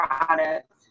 Products